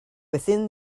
within